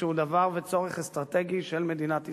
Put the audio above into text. שהוא דבר וצורך אסטרטגי של מדינת ישראל.